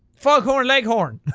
foghorn leghorn